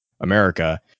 America